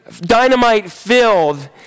dynamite-filled